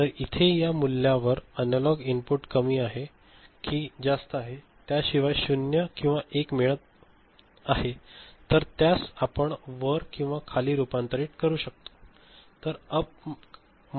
तर इथे या मूल्यावर अॅनालॉग इनपुट कमी आहे कि जास्त आहे त्याशिवाय 0 किंवा 1 मिळत आहे तर त्यास आपण वर किंवा खाली रूपांतरित करू शकतो